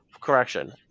correction